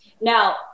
Now